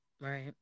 right